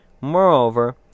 Moreover